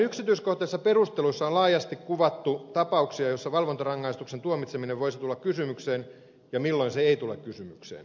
lain yksityiskohtaisissa perusteluissa on laajasti kuvattu tapauksia joissa valvontarangaistuksen tuomitseminen voisi tulla kysymykseen ja joissa se ei tule kysymykseen